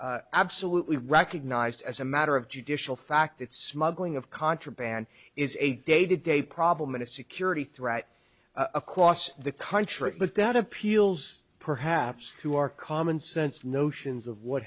absolutely recognized as a matter of judicial fact it's going of contraband is a day to day problem in a security threat across the country but that appeals perhaps through our commonsense notions of what